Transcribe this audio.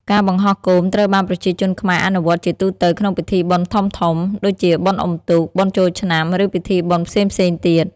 ការបង្ហោះគោមត្រូវបានប្រជាជនខ្មែរអនុវត្តន៍ជាទូទៅក្នុងពិធីបុណ្យធំៗ ដូចជាបុណ្យអុំទូក បុណ្យចូលឆ្នាំ ឬពិធីបុណ្យផ្សេងៗទៀត។